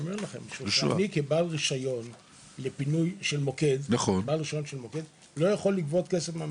אני כבעל רישיון לפינוי לא יכול לגבות כסף מהמשפחות.